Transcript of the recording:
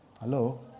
Hello